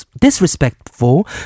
disrespectful